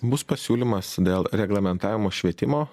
bus pasiūlymas dėl reglamentavimo švietimo